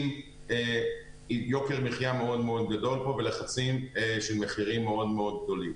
עם יוקר מחיה מאוד מאוד גדול פה ולחצים של מחירים מאוד מאוד גבוהים,